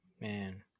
man